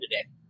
today